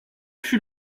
fut